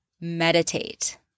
meditate